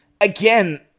again